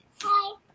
Hi